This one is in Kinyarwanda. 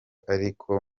ariko